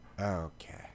Okay